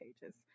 pages